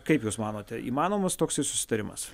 kaip jūs manote įmanomas toksai susitarimas